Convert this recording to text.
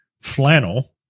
Flannel